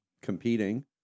competing